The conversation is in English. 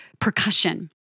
percussion